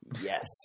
Yes